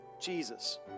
Jesus